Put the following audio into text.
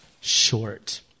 short